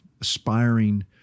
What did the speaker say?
aspiring